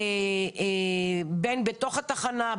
בין בתוך התחנה,